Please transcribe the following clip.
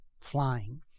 flying